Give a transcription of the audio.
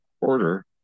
order